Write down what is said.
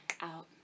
out